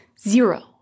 Zero